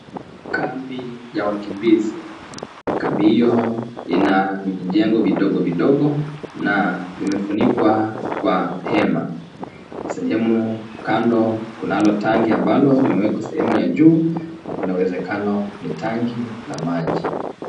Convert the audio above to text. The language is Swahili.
Kambi ya wakimbizi. Kambi hiyo ina vijengo vidogo vidogo na limefunikwa kwa hema. Sehemu kando kuna tangi ambalo limo sehemu ya juu na kuna uwezekano ni tangi la maji.